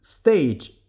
stage